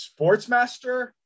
sportsmaster